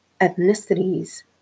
ethnicities